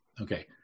okay